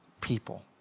people